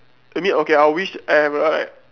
maybe okay I will wish I have like